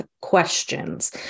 questions